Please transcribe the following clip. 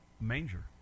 manger